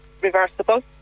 reversible